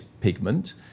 pigment